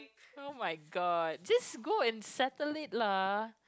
oh-my-god just go and settle it lah